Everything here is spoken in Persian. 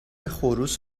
خروس